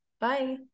Bye